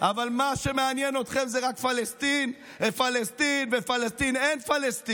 אבל מה שמעניין אתכם זה רק פלסטין ופלסטין ופלסטין.